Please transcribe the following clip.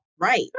right